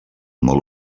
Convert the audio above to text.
molt